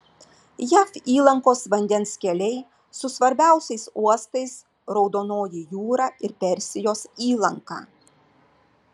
jav įlankos vandens keliai su svarbiausiais uostais raudonoji jūra ir persijos įlanka